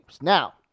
Now